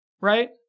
right